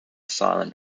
silent